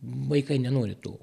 vaikai nenori to